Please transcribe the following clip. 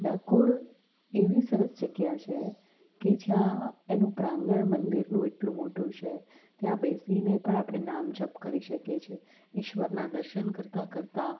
ડાકોર એવી સરસ જગ્યા છે કે જ્યાં એનું પ્રાંગણ મંદિરનું એટલું મોટું છે ત્યાં બેસીને પણ આપણે નામ જપ કરી શકીએ છીએ ઈશ્વરના દર્શન કરતાં કરતાં